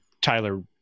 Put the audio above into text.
Tyler